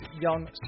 young